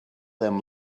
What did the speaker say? them